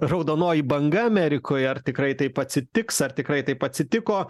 raudonoji banga amerikoje ar tikrai taip atsitiks ar tikrai taip atsitiko